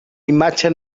imatge